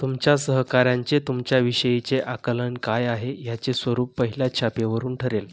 तुमच्या सहकाऱ्यांचे तुमच्याविषयीचे आकलन काय आहे ह्याचे स्वरूप पहिल्या छापेवरून ठरेल